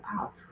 out